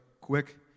quick